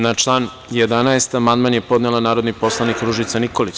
Na član 11. amandman je podnela narodni poslanik Ružica Nikolić.